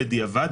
בדיעבד,